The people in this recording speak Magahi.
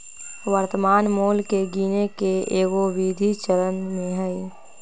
वर्तमान मोल के गीने के कएगो विधि चलन में हइ